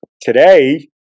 today